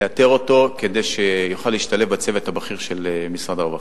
נאתר אותו כדי שיוכל להשתלב בצוות הבכיר של משרד הרווחה.